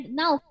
now